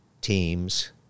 teams